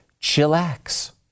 chillax